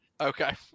Okay